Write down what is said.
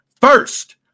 first